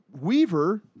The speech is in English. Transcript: Weaver